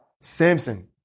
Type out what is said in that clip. Samson